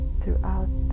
throughout